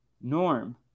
Norm